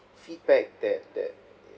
feedback that that